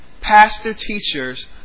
pastor-teachers